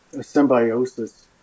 symbiosis